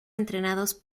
entrenados